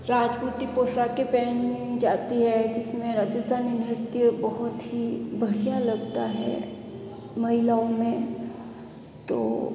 राजपूती पोशाकें पहनी जाती है जिस में राजस्थानी नृत्य बहुत ही बढ़िया लगता है महिलाओं में तो